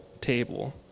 table